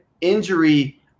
injury